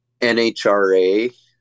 NHRA